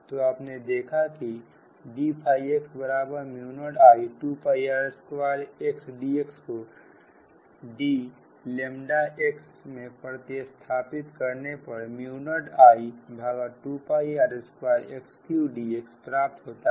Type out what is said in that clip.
तो आपने देखा है कि dx0I2r2xdx को dx मे प्रतिस्थापित करने पर 0I2r4x3dx प्राप्त होता है